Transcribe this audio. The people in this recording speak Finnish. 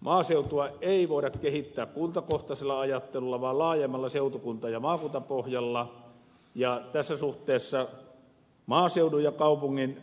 maaseutua ei voida kehittää kuntakohtaisella ajattelulla vaan laajemmalla seutukunta ja maakuntapohjalla ja tässä suhteessa maaseudun ja kaupungin